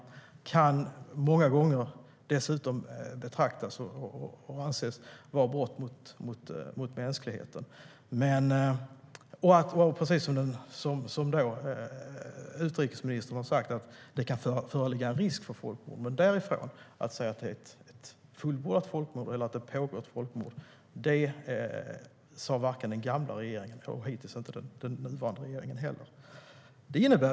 De kan många gånger dessutom betraktas som och anses vara brott mot mänskligheten. Precis som utrikesministern har sagt kan det föreligga en risk för folkmord. Men att det är ett fullbordat folkmord eller att det pågår ett folkmord sa inte den gamla regeringen, och det har inte den nuvarande regeringen heller gjort hittills.